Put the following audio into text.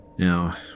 Now